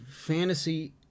fantasy